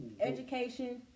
Education